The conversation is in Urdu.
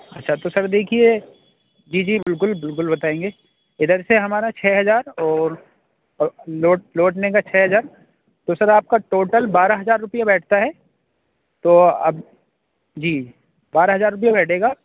اچھا تو سر دیکھیے جی جی بالکل بالکل بتائیں گے اِدھر سے ہمارا چھ ہزار اور لوٹ لوٹنے کا چھ ہزار تو سر آپ کا ٹوٹل بارہ ہزار روپیہ بیٹھتا ہے تو اب جی بارہ ہزار روپیہ بیٹھے گا